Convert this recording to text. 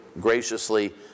graciously